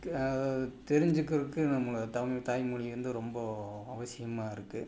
தெரிஞ்சிக்கிறதுக்கு நம்மளை தமிழ் தாய்மொழி வந்து ரொம்ப அவசியமாக இருக்குது